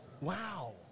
Wow